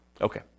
Okay